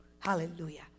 Hallelujah